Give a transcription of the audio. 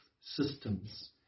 systems